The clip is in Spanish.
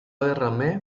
derramé